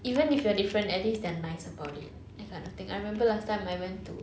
even if you're different at least they're nice about it that kind of thing I remember last time I went to